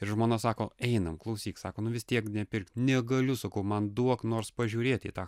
ir žmona sako einam klausyk sako nu vis tiek nepirk negaliu sakau man duok nors pažiūrėt į tą